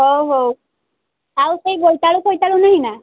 ହେଉ ହେଉ ଆଉ ସେଇ ବୋଇତାଳୁ ଫୋଇତାଳୁ ନାହିଁ ନା